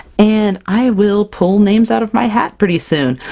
and i will pull names out of my hat pretty soon!